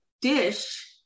dish